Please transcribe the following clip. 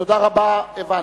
תודה רבה, הבנתי.